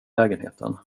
lägenheten